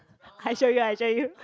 I show you I show you